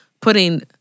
putting